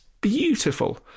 beautiful